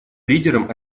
лидерам